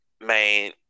man